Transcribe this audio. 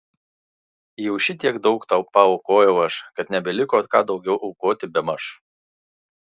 jau šitiek daug tau paaukojau aš kad nebeliko ką daugiau aukoti bemaž